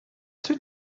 two